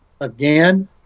again